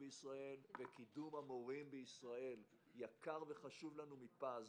בישראל וקידום המורים בישראל יקר וחשוב לנו מפז.